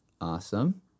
Awesome